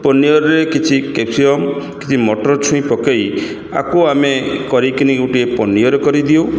ପନିର୍ ରେ କିଛି କେପସିକମ୍ କିଛି ମଟର୍ ଛୁଇଁ ପକେଇ ଆକୁ ଆମେ କରିକିନି ଗୋଟିଏ ପନିର୍ କରିଦେଉ